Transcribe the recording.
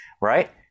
Right